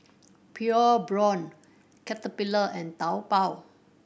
Pure Blonde Caterpillar and Taobao